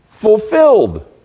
fulfilled